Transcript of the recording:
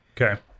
Okay